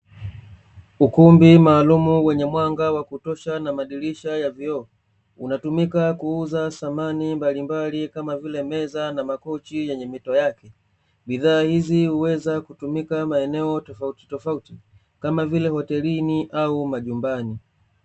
Ukumbi maalumu wenye mwanga wakutosha na madirisha ya vioo, unatumika kuuza samani mbalimbali kama vile meza na makochi, yenye mito yake, bidhaa hizi huweza kutumika maeneo tofautitofauti kama vile hotelini au majumbani.